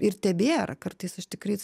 ir tebėra kartais aš tikrai